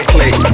Click